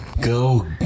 go